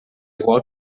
igual